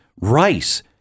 rice